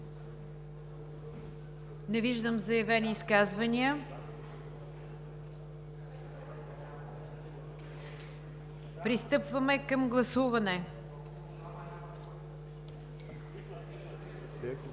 Не виждам заявени изказвания. Пристъпваме към гласуване.